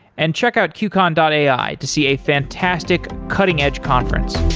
and check out qcon and ai to see a fantastic cutting-edge conference